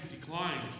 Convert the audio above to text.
declines